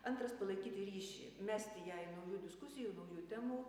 antras palaikyti ryšį mesti jai naujų diskusijų naujų temų